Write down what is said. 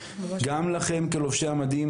גם לכם כלובשי המדים,